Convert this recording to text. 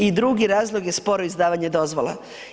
I drugi razlog je sporo izdavanje dozvola.